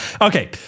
Okay